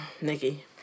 Nikki